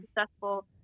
successful